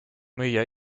müüja